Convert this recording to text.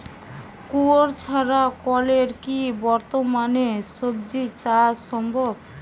কুয়োর ছাড়া কলের কি বর্তমানে শ্বজিচাষ সম্ভব?